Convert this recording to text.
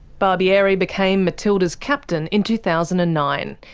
barbieri became matildas' captain in two thousand and nine,